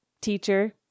teacher